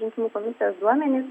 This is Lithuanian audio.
eismo komisijos duomenys